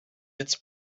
its